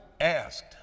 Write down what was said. asked